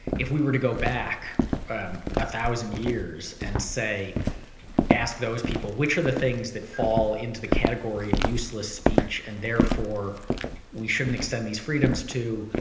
if we were to go back a thousand years and say ask those people, which are the things that fall into the category of useless speech and therefore we shouldn't extend these freedoms to?